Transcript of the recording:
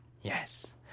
Yes